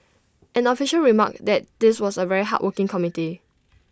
an official remarked that this was A very hardworking committee